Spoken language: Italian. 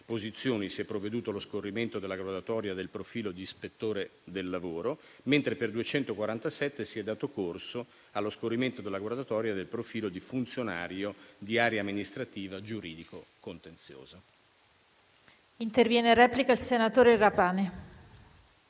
posizioni si è provveduto allo scorrimento della graduatoria del profilo di ispettore del lavoro, mentre per 247 si è dato corso allo scorrimento della graduatoria del profilo di funzionario di area amministrativa giuridico-contenziosa. PRESIDENTE. Ha facoltà